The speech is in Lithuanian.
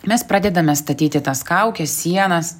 mes pradedame statyti tas kaukes sienas